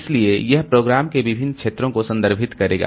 इसलिए यह प्रोग्राम के विभिन्न क्षेत्रों को संदर्भित करेगा